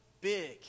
big